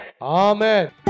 Amen